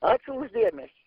ačiū už dėmesį